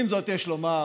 עם זאת, יש לומר